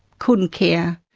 couldn't care.